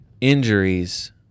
injuries